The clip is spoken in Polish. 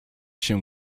się